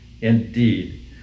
indeed